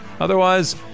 Otherwise